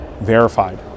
Verified